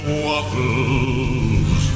waffles